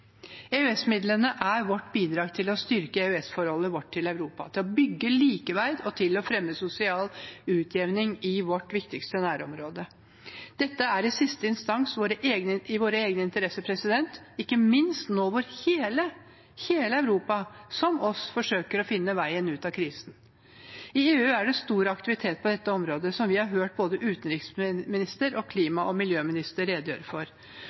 er vårt bidrag til å styrke EØS-forholdet vårt til Europa, til å bygge likeverd og til å fremme sosial utjevning i vårt viktigste nærområde. Dette er i siste instans i vår egen interesse, ikke minst nå når hele Europa – som oss – forsøker å finne veien ut av krisen. I EU er det stor aktivitet på dette området, som vi har hørt både utenriksministeren og klima- og miljøministeren redegjøre for.